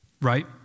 Right